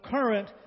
current